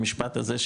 המשפט הזה,